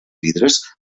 vidres